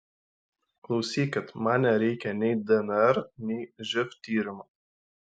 klausykit man nereikia nei dnr nei živ tyrimo